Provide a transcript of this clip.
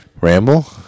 Ramble